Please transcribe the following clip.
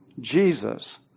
Jesus